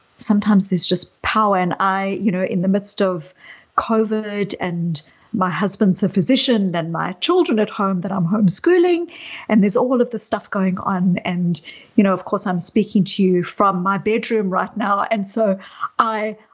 sometimes there's just power and i. you know in the midst of covid and my husband's a physician than my children at home that i'm homeschooling and there's all of the stuff going on and you know of course, i'm speaking to you from my bedroom right now and so i,